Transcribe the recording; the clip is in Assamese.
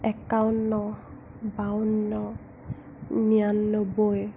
একাৱন্ন বাৱন্ন নিৰান্নব্বৈ